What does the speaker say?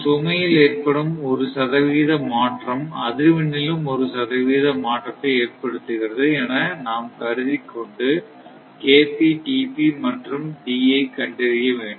சுமையில் ஏற்படும் ஒரு சதவிகித மாற்றம் அதிர்வென்னிலும் ஒரு சதவிகித மாற்றத்தை ஏற்படுத்துகிறது என நாம் கருதிக்கொண்டு மற்றும் D ஐ கண்டறிய வேண்டும்